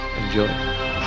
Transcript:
Enjoy